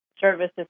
services